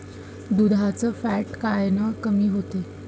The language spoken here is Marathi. दुधाचं फॅट कायनं कमी होते?